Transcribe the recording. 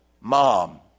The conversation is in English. mom